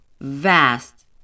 vast